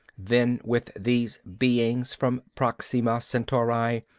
then with these beings from proxima centauri,